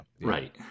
Right